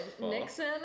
Nixon